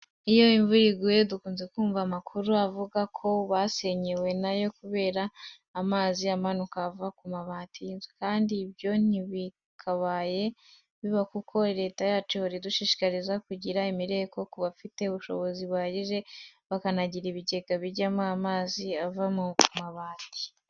Iyo imvura iguye dukunze kumva amakuru avuga ku basenyewe na yo kubera amazi amanuka ava ku mabati y'inzu. Kandi ibyo ntibyakabaye biba kuko Leta yacu ihora idushishikariza kugira imireko, kubafite ubushobozi buhagije bakanagira ibigega bijyamo amazi ava ku mabati.